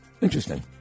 Interesting